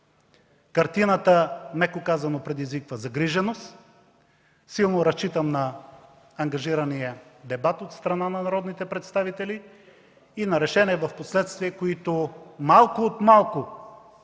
Картината, меко казано, предизвиква загриженост. Силно разчитам на ангажирания дебат от страна на народните представители и впоследствие на решения, които малко от малко